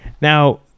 Now